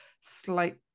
slight